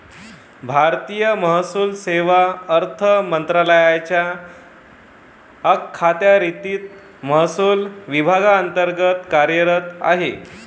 भारतीय महसूल सेवा अर्थ मंत्रालयाच्या अखत्यारीतील महसूल विभागांतर्गत कार्यरत आहे